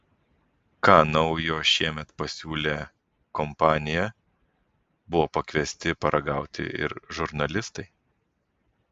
ką naujo šiemet pasiūlė kompanija buvo pakviesti paragauti ir žurnalistai